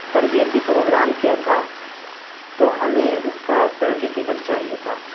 تربیتی پروگرام کیا تھا تو ہمیں اس کا سرٹیفکیٹ چاہیے تھا